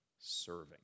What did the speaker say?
serving